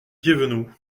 guévenoux